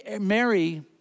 Mary